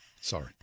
Sorry